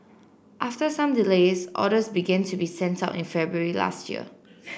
after some delays orders began to be sent out in February last year